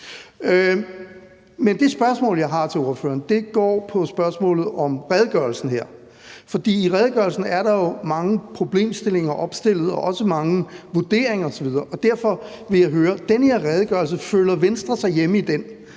det spørgsmål, jeg har til ordføreren, handler om redegørelsen her. I redegørelsen er der jo mange problemstillinger opstillet og også mange vurderinger osv., og derfor vil jeg høre, om Venstre føler sig hjemme i den